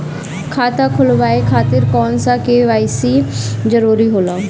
खाता खोलवाये खातिर कौन सा के.वाइ.सी जरूरी होला?